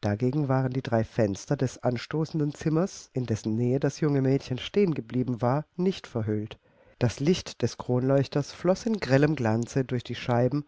dagegen waren die drei fenster des anstoßenden zimmers in dessen nähe das junge mädchen stehen geblieben war nicht verhüllt das licht des kronleuchters floß in grellem glanze durch die scheiben